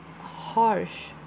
harsh